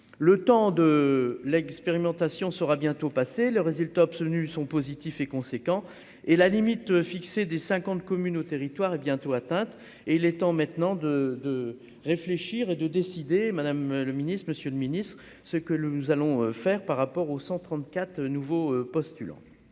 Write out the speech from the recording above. le temps de l'expérimentation sera bientôt passer les résultats obtenus sont positifs et conséquent et la limite fixée des 50 communes au territoire est bientôt atteinte et il est temps maintenant de de réfléchir et de décider, Madame le Ministre, Monsieur le Ministre, ce que nous allons faire par rapport aux 134 nouveaux postulants